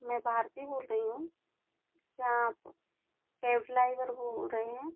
मैं भारती बोल रही हूँ क्या आप कैब ड्लाइवर बोल रहे हैं